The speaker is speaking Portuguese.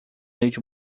leite